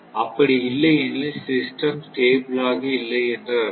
அப்படி இல்லை எனில் சிஸ்டம் ஸ்டேபிள் ஆக இல்லை என்று அர்த்தம்